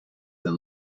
than